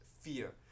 fear